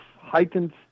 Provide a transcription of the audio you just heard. heightened